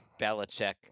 Belichick